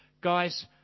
guys